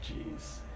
jeez